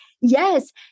yes